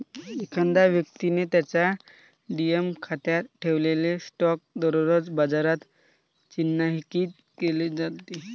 एखाद्या व्यक्तीने त्याच्या डिमॅट खात्यात ठेवलेले स्टॉक दररोज बाजारात चिन्हांकित केले जातात